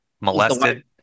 molested